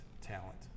talent